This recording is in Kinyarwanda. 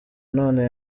none